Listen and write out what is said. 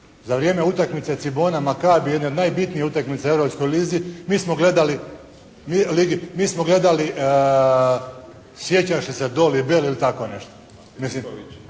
za vrijeme utakmice Cibona-Makabi, jedne od najbitnijih utakmica u europskoj lizi, mi smo gledali, ligi, mi smo gledali "Sjećaš li se Dolly Bell" ili tako nešto.